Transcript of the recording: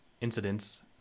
incidents